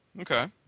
Okay